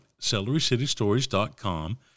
celerycitystories.com